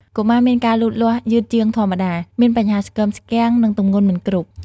កុមារមានការលូតលាស់យឺតជាងធម្មតា មានបញ្ហាស្គមស្គាំង និងទម្ងន់មិនគ្រប់។